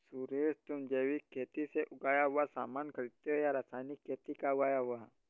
सुरेश, तुम जैविक खेती से उगाया हुआ सामान खरीदते हो या रासायनिक खेती का उगाया हुआ?